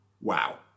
Wow